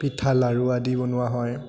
পিঠা লাডু় আদি বনোৱা হয়